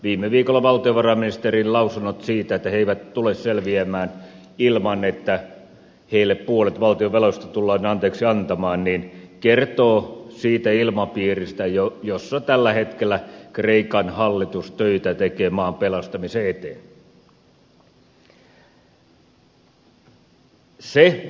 viime viikolla valtiovarainministerin lausunnot siitä että he eivät tule selviämään ilman että heille puolet valtionveloista tullaan anteeksi antamaan kertovat siitä ilmapiiristä jossa tällä hetkellä kreikan hallitus töitä tekee maan pelastamisen eteen